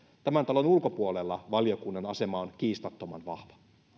tämän talon ulkopuolella valiokunnan asema on kiistattoman vahva